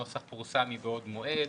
הנוסח פורסם מבעוד מועד